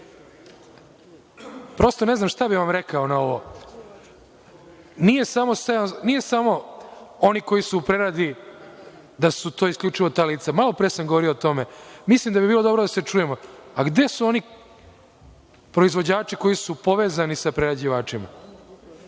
Prosto ne znam šta bih vam rekao na ovo, nisu samo oni koji su u preradi isključivo ta lica. Malopre sam govorio o tome, mislim da bi bilo dobro da se čujemo, gde su oni proizvođači koji su povezani sa prerađivačima,